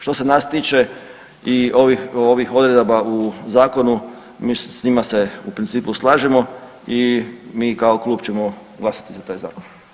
Što se nas tiče i ovih, ovih odredaba u zakonu mislim s njima se u principu slažemo i mi kao klub ćemo glasati za taj zakon.